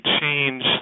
change